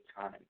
time